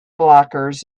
blockers